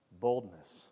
boldness